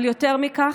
אבל יותר מכך,